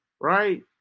right